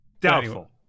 doubtful